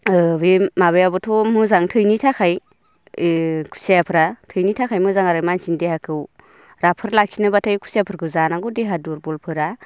बे माबायाबोथ' मोजां थैनि थाखाय खुसियाफोरा थैनि थाखाय मोजां आरो मानसिनि देहाखौ राफोद लाखिनोबाथाय खुसियाफोरखौ जानांगौ देहा दुरबलफोरा